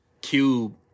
Cube